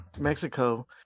mexico